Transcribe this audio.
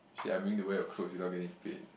say I'm willing to wear your clothes without getting paid